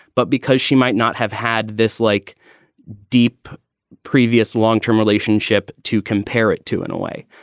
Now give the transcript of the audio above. but because she might not have had this like deep previous long term relationship to compare it to in a way.